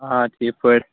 آ ٹھیٖک پٲٹھۍ